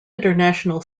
international